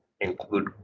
include